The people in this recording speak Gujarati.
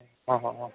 હ હ હ